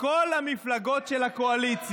כל המפלגות, כוחות האופל,